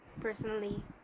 personally